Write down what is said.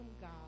God